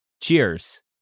Cheers